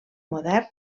modern